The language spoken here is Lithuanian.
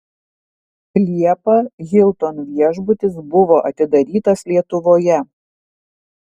liepą hilton viešbutis buvo atidarytas lietuvoje